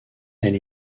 and